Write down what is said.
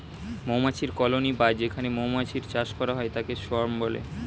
মৌমাছির কলোনি বা যেখানে মৌমাছির চাষ করা হয় তাকে সোয়ার্ম বলে